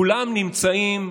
כולם נמצאים,